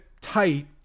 tight